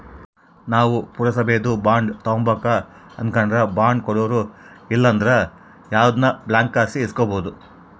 ನಾವು ಪುರಸಬೇದು ಬಾಂಡ್ ತಾಂಬಕು ಅನಕಂಡ್ರ ಬಾಂಡ್ ಕೊಡೋರು ಇಲ್ಲಂದ್ರ ಯಾವ್ದನ ಬ್ಯಾಂಕ್ಲಾಸಿ ಇಸ್ಕಬೋದು